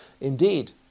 Indeed